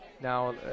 Now